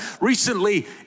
Recently